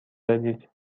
دادید